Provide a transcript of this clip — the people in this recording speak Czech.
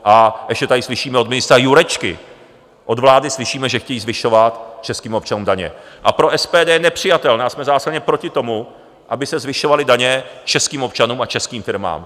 A ještě tady slyšíme od ministra Jurečky, od vlády slyšíme, že chtějí zvyšovat českým občanům daně, a pro SPD nepřijatelné a jsme zásadně proti tomu, aby se zvyšovaly daně českým občanům a českým firmám.